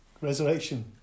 Resurrection